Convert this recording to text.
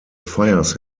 fires